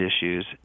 issues